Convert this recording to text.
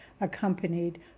accompanied